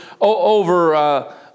over